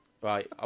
Right